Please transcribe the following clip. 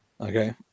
Okay